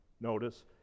notice